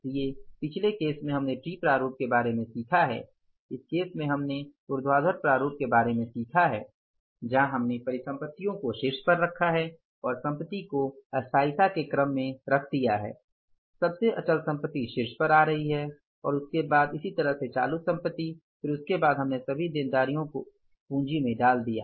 इसलिए पिछले केस में हमने टी प्रारूप के बारे में सीखा है इस केस में हमने ऊर्ध्वाधर प्रारूप के बारे में सीखा है जहां हमने परिसंपत्तियों को शीर्ष पर रखा है और संपत्ति को स्थायीता के क्रम में रख दिया है सबसे अचल संपत्ति शीर्ष पर आ रही है और उसके बाद इसी तरह से चालू संपत्ति फिर इसके बाद हमने सभी देनदारियों को पूंजी में डाल दिया